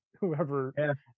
whoever